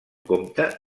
compte